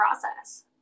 process